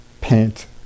Paint